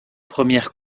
premières